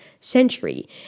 century